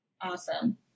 Awesome